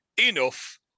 enough